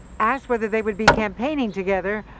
asked whether they would be campaigning together,